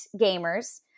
gamers